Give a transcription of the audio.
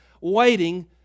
waiting